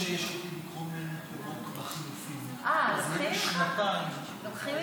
וקבוצת סיעת הציונות הדתית אחרי סעיף 1 לא נתקבלה.